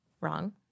wrong